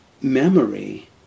memory